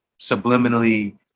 subliminally